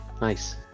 Nice